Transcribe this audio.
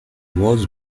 was